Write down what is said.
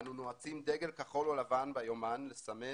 אנו נועצים כחול ולבן ביומן לסמן